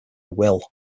will